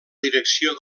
direcció